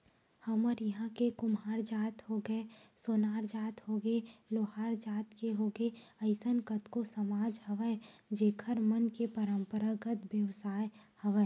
हमर इहाँ के कुम्हार जात होगे, सोनार जात होगे, लोहार जात के होगे अइसन कतको समाज हवय जेखर मन के पंरापरागत बेवसाय हवय